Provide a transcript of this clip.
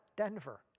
Denver